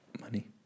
money